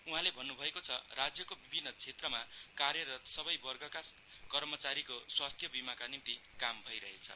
उहाँले भन्नुभएको छ राज्यको विभिन्न क्षेत्रमा कार्यरत सबैवर्गका कर्मचारीको स्वास्थ्य बीमाका निम्ति काम भइरहेछ